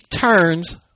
turns